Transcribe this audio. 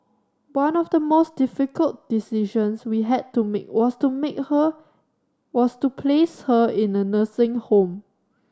one of the most difficult decisions we had to make was to make her was to place her in a nursing home